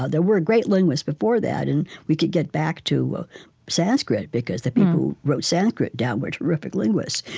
ah there were great linguists before that, and we could get back to sanskrit, because the people who wrote sanskrit down were terrific linguists.